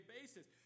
basis